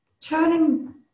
Turning